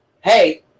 hey